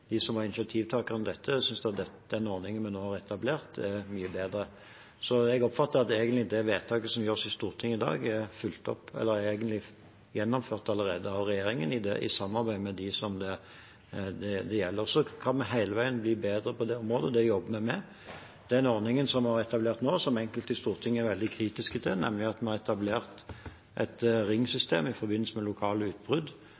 de som var initiativtakerne til dette, synes at den ordningen vi nå har etablert, er mye bedre. Jeg oppfatter egentlig at det vedtaket som fattes i Stortinget i dag, er fulgt opp, eller allerede gjennomført av regjeringen i samarbeid med dem det gjelder. Så kan vi hele veien bli bedre på det området, og det jobber vi med. Den ordningen vi har etablert nå, som enkelte i Stortinget er veldig kritiske til, nemlig at vi har etablert et ringsystem i forbindelse med lokale utbrudd